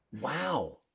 Wow